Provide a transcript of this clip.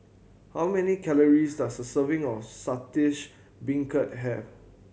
how many calories does a serving of Saltish Beancurd have